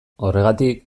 horregatik